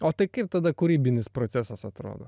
o tai kaip tada kūrybinis procesas atrodo